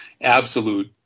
absolute